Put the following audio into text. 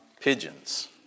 pigeons